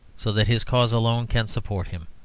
so that his cause alone can support him.